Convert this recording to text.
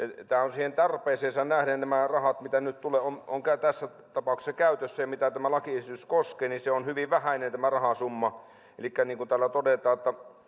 siihen tarpeeseensa nähden tämä rahasumma mikä nyt tulee mikä on tässä tapauksessa käytössä ja mitä tämä lakiesitys koskee on hyvin vähäinen elikkä täällä todetaan